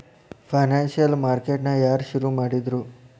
Financial market ನ ಯಾರ್ ಶುರುಮಾಡಿದ್ರು?